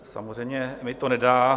Samozřejmě mi to nedá.